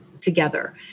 together